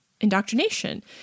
indoctrination